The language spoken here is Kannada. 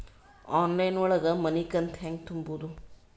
ಆನ್ಲೈನ್ ಒಳಗ ಮನಿಕಂತ ಹ್ಯಾಂಗ ತುಂಬುದು?